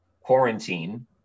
quarantine